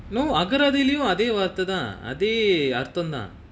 no அகராதிலயு அதே வார்த்ததா அதே அர்த்தந்தா:akaraathilayu athe vaarthathaa athe arthanthaa